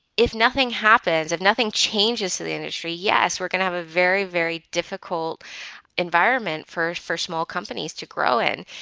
if nothing happens, if nothing changes to the industry, yes, we're going to have a very, very difficult environment for for small companies to grow in.